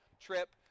trip